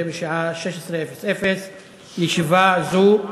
התשובה ניתנה